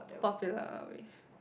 popular with